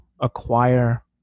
acquire